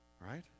Right